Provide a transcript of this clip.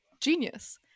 Genius